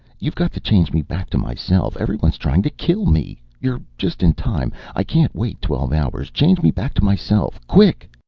you've got to change me back to myself. everyone's trying to kill me. you're just in time. i can't wait twelve hours. change me back to myself, quick!